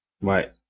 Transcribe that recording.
Right